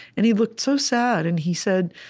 and he looked so sad. and he said,